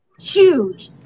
huge